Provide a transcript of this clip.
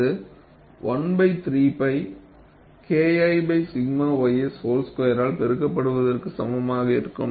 அது 1 3 π Kl 𝛔 ys வோல் ஸ்கொயரால் பெருக்க படுவதற்கு சமமாக இருக்கும்